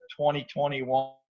2021